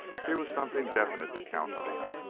here was something definite to count on.